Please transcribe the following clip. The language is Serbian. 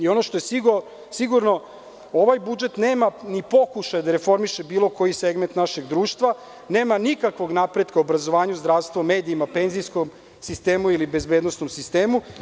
Ono što je sigurno, ovaj budžet nema ni pokušaj da reformiše bilo koji segment našeg društva, nema nikakvog napretka u obrazovanju, zdravstvu, medijima, penzijskom sistemu ili bezbednosnom sistemu.